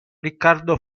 riccardo